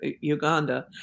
Uganda